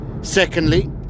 secondly